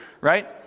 right